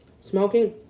smoking